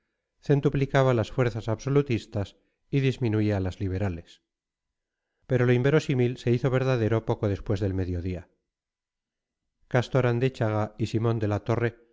cresterías inabordables centuplicaba las fuerzas absolutistas y disminuía las liberales pero lo inverosímil se hizo verdadero poco después del mediodía castor andéchaga y simón de la torre